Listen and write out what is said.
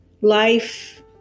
life